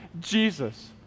Jesus